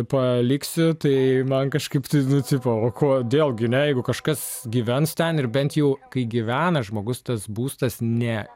paliksiu tai man kažkaip tai nu tipo o kodėl gi ne jeigu kažkas gyvens ten ir bent jau kai gyvena žmogus tas būstas ne